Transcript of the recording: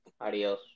Adios